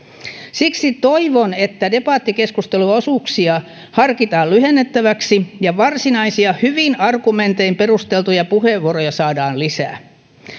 siksi toivon että debattikeskusteluosuuksia harkitaan lyhennettäväksi ja että varsinaisia hyvin argumentein perusteltuja puheenvuoroja saadaan lisää